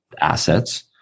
assets